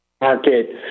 market